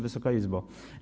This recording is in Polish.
Wysoka Izbo!